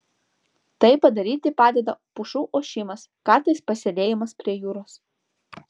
tai padaryti padeda pušų ošimas kartais pasėdėjimas prie jūros